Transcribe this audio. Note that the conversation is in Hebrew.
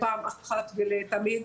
פעם אחת ולתמיד.